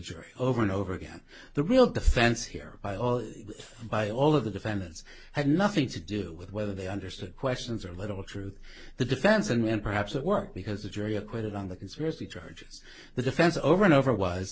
jury over and over again the real defense here by all by all of the defendants had nothing to do with whether they understood questions or a little truth the defense and perhaps the work because the jury acquitted on the conspiracy charges the defense over and over